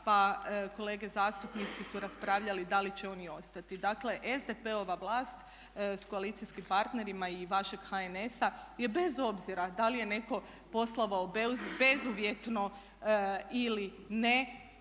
pa kolege zastupnici su raspravljali da li će oni ostati. Dakle SDP-ova vlast sa koalicijskim partnerima i vašeg HNS-a je bez obzira da li je netko poslovao bezuvjetno ili ne